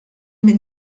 min